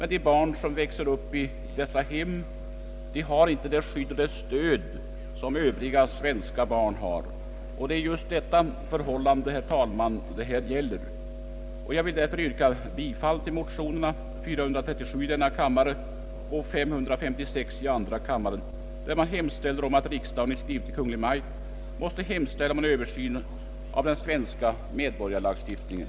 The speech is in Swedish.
De barn som växer upp i dessa hem har inte det skydd och stöd som Övriga svenska barn har. Herr talman! Jag vill yrka bifall till motionerna I: 437 och II: 556, i vilka hemställes om att riksdagen i skrivelse till Kungl. Maj:t måtte hemställa om en översyn av den svenska medborgarlagstiftningen.